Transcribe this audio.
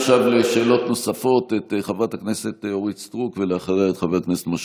גאה להיות שייך לרשימה שהיא אופוזיציונית ופועלת למען כל החברה הישראלית